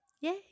Yay